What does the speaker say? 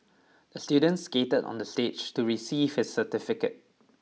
the student skated on the stage to receive his certificate